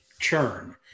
churn